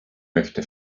möchte